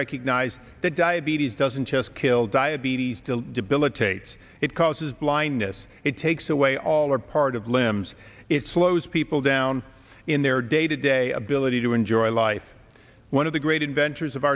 recognize that diabetes doesn't just kill diabetes to debilitate it causes blindness it takes away all or part of limbs it slows people down in their day to day ability to enjoy life one of the great inventors of